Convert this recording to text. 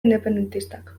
independentistak